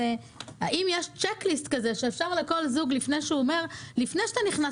האם יש צ'ק ליסט שאפשר לכל זוג לפני שאתה נכנס